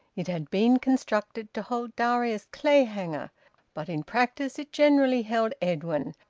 it had been constructed to hold darius clayhanger but in practice it generally held edwin,